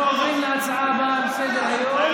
אנחנו עוברים להצעה הבאה על סדר-היום,